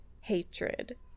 hatred